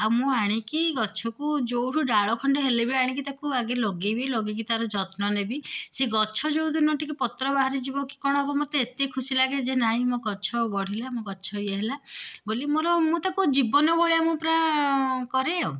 ଆଉ ମୁଁ ଆଣିକି ଗଛକୁ ଯେଉଁଠୁ ଡାଳ ଖଣ୍ଡେ ହେଲେ ବି ଆଣିକି ତାକୁ ଆଗେ ଲଗେଇବି ଲଗେଇକି ତାର ଯତ୍ନ ନେବି ସେ ଗଛ ଯେଉଁ ଦିନ ଟିକେ ପତ୍ର ବାହାରି ଯିବ କି କ'ଣ ହେବ ମୋତେ ଏତେ ଖୁସି ଲାଗେ ଯେ ନାହିଁ ମୋ ଗଛ ବଢ଼ିଲା ମୋ ଗଛ ଇଏ ହେଲା ବୋଲି ମୋର ମୁଁ ତାକୁ ଜୀବନ ଭଳିଆ ମୁଁ ପୁରା କରେ ଆଉ